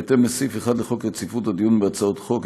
בהתאם לסעיף 1 לחוק רציפות הדיון בהצעות חוק,